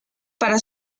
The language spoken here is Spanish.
para